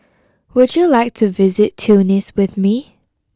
would you like to visit Tunis with me